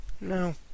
No